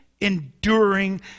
enduring